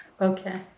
Okay